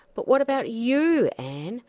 but what about you, anne?